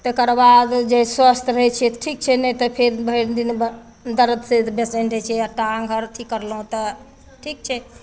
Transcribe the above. तेकरबाद जे स्वस्थ रहै छै ठीक छै नहि तऽ फेर भरि दिन बऽ दरद से बेचैन रहै छै आ टाङ्ग हर अथी करलहुँ तऽ ठीक छै